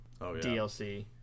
DLC